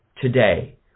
today